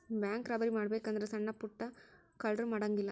bank robbery ಮಾಡ್ಬೆಕು ಅಂದ್ರ ಸಣ್ಣಾ ಪುಟ್ಟಾ ಕಳ್ರು ಮಾಡಂಗಿಲ್ಲಾ